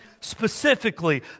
specifically